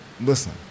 Listen